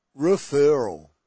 Referral